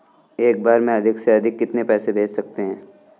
एक बार में अधिक से अधिक कितने पैसे भेज सकते हैं?